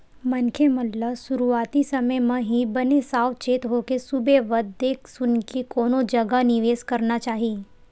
मनखे मन ल सुरुवाती समे म ही बने साव चेत होके सुबेवत देख सुनके कोनो जगा निवेस करना चाही